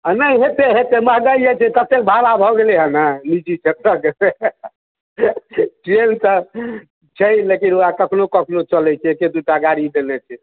आ नहि हेतै हेतै महँगाइ तते भाड़ा भऽ गेलै हँ ने ट्रेन तऽ छै लेकिन ओएह कखनो कखनो चलैत छै एके दूटा गाड़ी देने छै